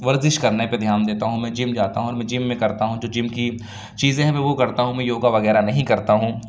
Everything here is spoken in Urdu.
ورزش کرنے پہ دھیان دیتا ہوں میں جم جاتا ہوں اور میں جم میں کرتا ہوں جو جم کی چیزیں ہیں میں وہ کرتا ہوں میں یوگا وغیرہ نہیں کرتا ہوں